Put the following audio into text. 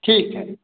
ठीक है